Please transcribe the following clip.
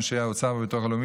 אנשי האוצר והביטוח הלאומי,